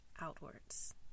outwards